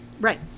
Right